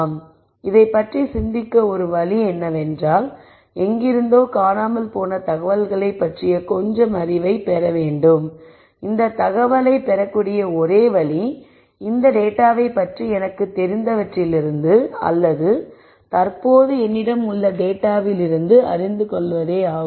எனவே இதைப் பற்றி சிந்திக்க ஒரு வழி என்னவென்றால் எங்கிருந்தோ காணாமல் போன தகவல்களைப் பற்றிய கொஞ்சம் அறிவைப் பெற வேண்டும் இந்தத் தகவலைப் பெறக்கூடிய ஒரே வழி இந்தத் டேட்டாவை பற்றி எனக்குத் தெரிந்தவற்றிலிருந்து அல்லது தற்போது என்னிடம் உள்ள டேட்டாவிலிருந்து அறிந்து கொள்வதே ஆகும்